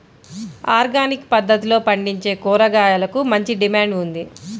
organic పద్దతిలో పండించే కూరగాయలకు మంచి డిమాండ్ ఉంది